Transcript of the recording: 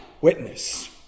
witness